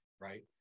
right